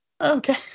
Okay